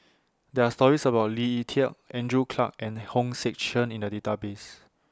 There Are stories about Lee Tieng Andrew Clarke and Hong Sek Chern in The Database